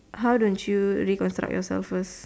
how don't you reconstruct yourself first